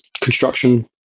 construction